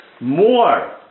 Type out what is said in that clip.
more